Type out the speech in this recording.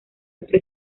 otro